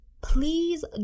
Please